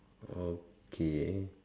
okay